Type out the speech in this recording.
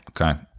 okay